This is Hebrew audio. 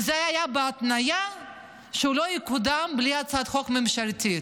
וזה היה בהתניה שהוא לא יקודם בלי הצעת חוק ממשלתית.